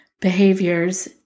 behaviors